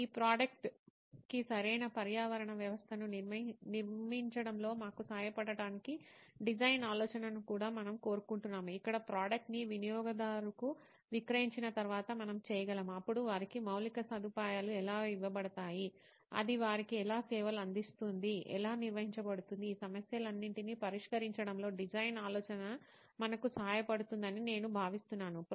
ఈ ప్రోడక్ట్ కి సరైన పర్యావరణ వ్యవస్థను నిర్మించడంలో మాకు సహాయపడటానికి డిజైన్ ఆలోచనను కూడా మనము కోరుకుంటున్నాము ఇక్కడ ప్రోడక్ట్ ని వినియోగదారుకు విక్రయించిన తర్వాత మనం చేయగలము అప్పుడు వారికి మౌలిక సదుపాయాలు ఎలా ఇవ్వబడతాయి అది వారికి ఎలా సేవలు అందిస్తోంది ఎలా నిర్వహించబడుతుంది ఈ సమస్యలన్నింటినీ పరిష్కరించడంలో డిజైన్ ఆలోచన మనకు సహాయపడుతుందని నేను భావిస్తున్నాను